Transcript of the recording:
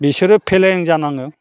बिसोरो फेलें जानाङो